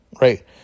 right